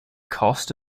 cost